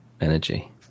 energy